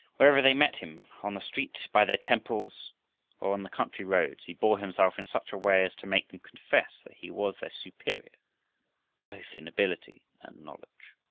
wherever they met him on the street, by their temples, or on the country roads he bore himself in such a way as to make them confess that he was their superior both in ability and knowledge.